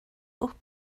upp